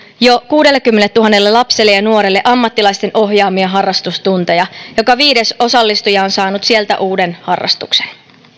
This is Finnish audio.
jo kuudellekymmenelletuhannelle lapselle ja nuorelle ammattilaisten ohjaamia harrastustunteja joka viides osallistuja on saanut sieltä uuden harrastuksen